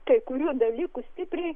kai kurių dalykų stipriai